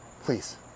please